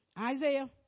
Isaiah